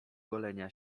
golenia